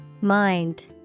Mind